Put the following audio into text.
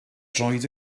droed